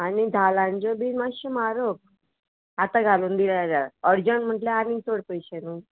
आनी धालांच्यो बी मातश्यो म्हारग आतां घालून दिल्या अर्जंट म्हटल्यार आनी चड पयशे न्हू